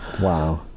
Wow